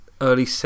early